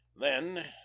Then